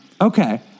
Okay